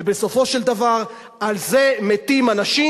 ובסופו של דבר על זה מתים אנשים,